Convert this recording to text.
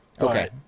Okay